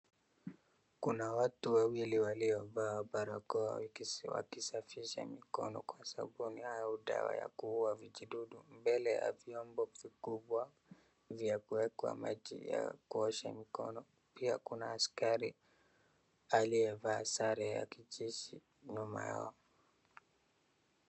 Kuna watu wawili walio vaa barakoa wakisafisha mikono kwa sabuni au dawa ya kuua vijidudu mbele ya vyombo vikubwa vya kuwekwa maji ya kuosha mikono, pia kuna askari aliyevaa sare ya kijeshi nyuma yao.